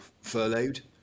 furloughed